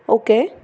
okay